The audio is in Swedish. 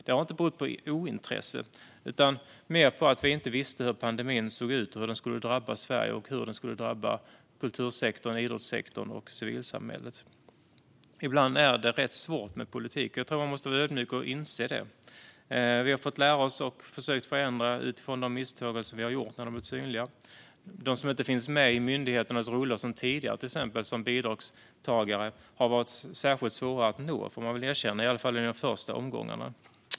Det har inte berott på ointresse utan mer på att vi inte visste hur pandemin såg ut, hur den skulle drabba Sverige och hur den skulle drabba kultursektorn, idrottssektorn och civilsamhället. Ibland är det rätt svårt med politik. Jag tror att man måste vara ödmjuk och inse det. Vi har fått lära oss av de misstag vi har gjort och göra förändringar när misstagen har blivit synliga. De som inte sedan tidigare finns med i myndigheternas rullor som bidragstagare har varit särskilt svåra att nå, i alla fall i de första omgångarna.